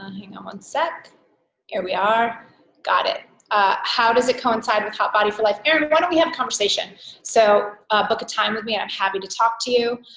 hang on one sec here we are got it how does it coincide with hot body for life aaron why don't we have conversation so but the time with me and i'm happy to talk to you